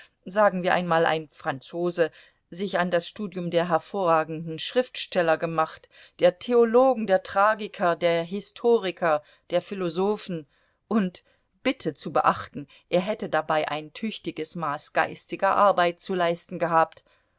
sagen wir einmal ein franzose sich an das studium der hervorragenden schriftsteller gemacht der theologen der tragiker der historiker der philosophen und bitte zu beachten er hätte dabei ein tüchtiges maß geistiger arbeit zu leisten gehabt